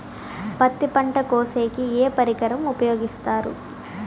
పత్తి పంట కోసేకి ఏ పరికరం ఉపయోగిస్తారు?